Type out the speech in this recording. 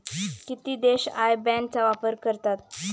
किती देश IBAN चा वापर करतात?